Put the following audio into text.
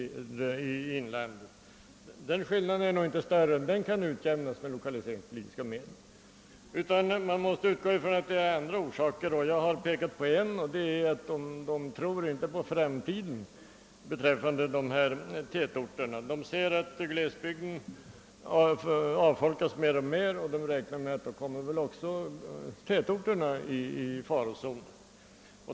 Skillnaden i det avseendet mellan inlandet och övriga landet är nog inte större än att den kan utjämnas med lokaliseringsmedel. Man måste utgå ifrån att det har andra orsaker. Jag har pekar på en, och det är att företagarna inte tror på någon framtid för dessa tätorter. De ser att glesbygden avfolkas mer och mer och räknar därför med att då kommer väl också tätorterna i farozonen.